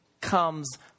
comes